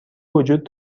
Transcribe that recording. وجود